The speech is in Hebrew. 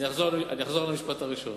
אני אחזור על המשפט הראשון: